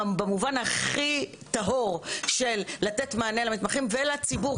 זה במובן הכי טהור של לתת מענה למתמחים ולציבור.